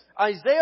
Isaiah